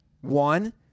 One